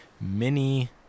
Mini